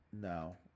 no